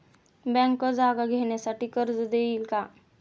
Bank जागा घेण्यासाठी कर्ज देईल का?